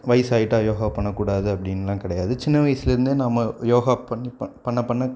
வாயிசாயிட்டா யோகா பண்ணக்கூடாது அப்படின்லாம் கிடையாது சின்ன வயசிலிருந்தே நம்ம யோகா பண்ணி பண்ண பண்ண